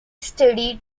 studied